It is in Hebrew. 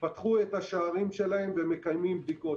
פתחו את השערים שלהן ומקיימות בדיקות.